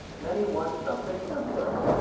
many want something simpler.